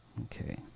Okay